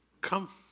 come